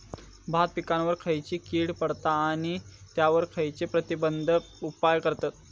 भात पिकांवर खैयची कीड पडता आणि त्यावर खैयचे प्रतिबंधक उपाय करतत?